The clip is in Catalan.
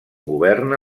governa